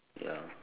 ya